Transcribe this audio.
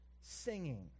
singing